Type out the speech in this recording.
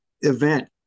event